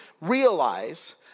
realize